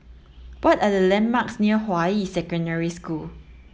what are the landmarks near Hua Yi Secondary School